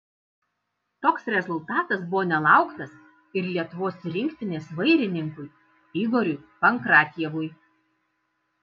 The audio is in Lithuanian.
toks rezultatas buvo nelauktas ir lietuvos rinktinės vairininkui igoriui pankratjevui